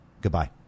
Goodbye